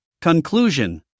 Conclusion